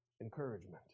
encouragement